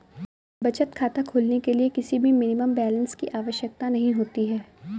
बचत खाता खोलने के लिए किसी भी मिनिमम बैलेंस की आवश्यकता नहीं होती है